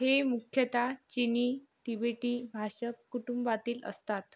हे मुख्यतः चीनी तिबेटीभाषक कुटुंबातील असतात